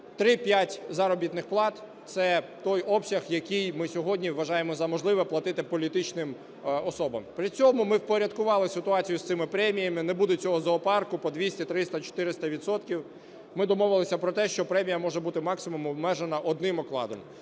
3-5 заробітних плат – це той обсяг, який ми сьогодні вважаємо за можливе платити політичним особам. При цьому ми впорядкували ситуацію з цими преміями, не буде цього "зоопарку" по 200, 300, 400 відсотків. Ми домовилися про те, що премія може бути максимум обмежена одним окладом.